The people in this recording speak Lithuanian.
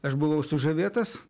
aš buvau sužavėtas